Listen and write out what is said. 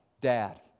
dad